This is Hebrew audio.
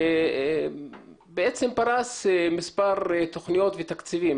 בעצם, פרס מספר תכניות ותקציבים.